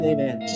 Amen